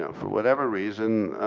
ah for whatever reason